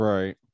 Right